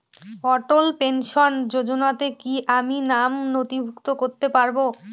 অটল pension যোজনাতে কি আমি নাম নথিভুক্ত করতে পারবো?